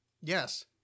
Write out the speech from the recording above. Yes